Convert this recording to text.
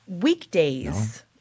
weekdays